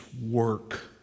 work